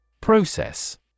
Process